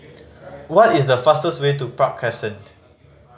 what is the fastest way to Park Crescent